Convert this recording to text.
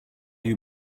you